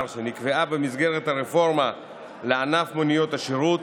שנקבעה במסגרת הרפורמה בענף מוניות השירות.